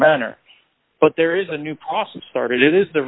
manner but there is a new process started it is the